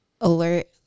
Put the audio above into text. alert